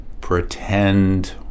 pretend